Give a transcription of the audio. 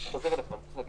אפשר להכין